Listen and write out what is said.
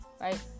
right